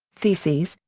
theses,